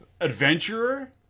adventurer